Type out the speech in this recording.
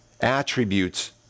attributes